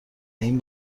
این